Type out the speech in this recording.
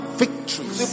victories